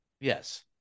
Yes